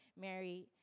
Mary